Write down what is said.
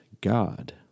God